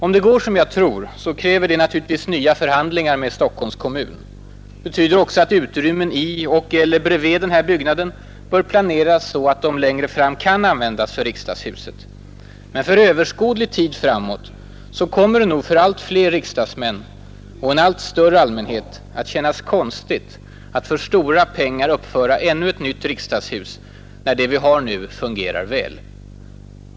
Om det går som jag tror, kräver det naturligtvis nya förhandlingar med Stockholms kommun. Det betyder också att utrymmen i och/eller bredvid den här byggnaden bör planeras så att de längre fram kan användas för riksdagshuset. Men för överskådlig tid framåt kommer det nog för allt fler riksdagsmän och en allt större allmänhet att kännas konstigt att för stora pengar uppföra ännu ett nytt riksdagshus när det vi nu har fungerar så väl.